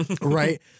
Right